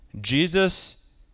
Jesus